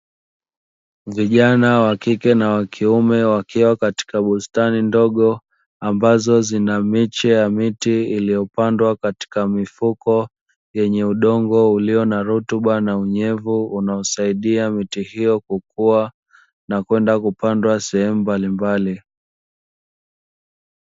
Vijana wa kike na wakiume wakiwa katika bustani ndogo ambazo zina miche ya miti iliyopandwa katika mifuko, yenye udongo ulio na rutuba na unyevu unaosaidia miti hiyo kukua na kwenda kupandwa sehemu mbalimbali.